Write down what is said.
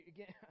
Again